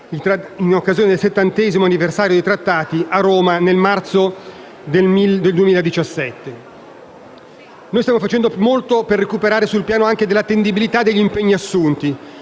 in occasione del settantesimo anniversario dei Trattati, a Roma, nel marzo del 2017. Stiamo facendo molto per recuperare, anche sul piano dell' attendibilità degli impegni assunti